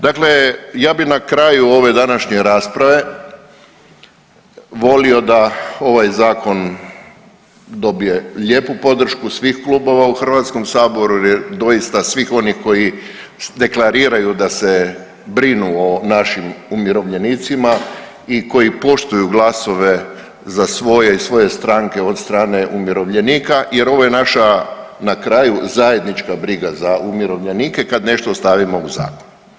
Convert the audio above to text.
Dakle ja bi na kraju ove današnje rasprave volio da ovaj zakon dobije lijepu podršku svih klubova u HS, doista svih onih koji deklariraju da se brinu o našim umirovljenicima i koji poštuju glasove za svoje i svoje stranke od strane umirovljenika jer ovo je naša na kraju zajednička briga za umirovljenike kad nešto stavimo u zakon.